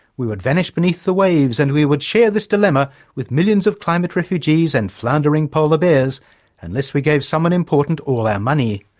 we would vanish beneath the waves and we would share this dilemma with millions of climate refugees and floundering polar bears unless we gave someone important all our money.